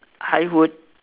I would